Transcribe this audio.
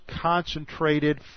concentrated